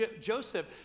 Joseph